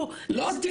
וגם בתקופת שמיר.